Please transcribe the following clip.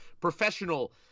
professional